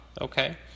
Okay